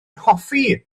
hoffi